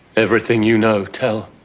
everything you know, tell.